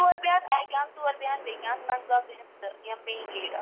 ژور بیٚہن اَکہِ اَنٛدٕ ژور بیٚہن بیٚیہِ اَنٛدٕ منٛزباگہٕ بیٚہن زٕ یِم مین لیٖڈ آسان